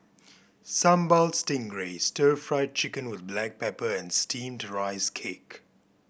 Sambal Stingray Stir Fried Chicken with black pepper and Steamed Rice Cake